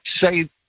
say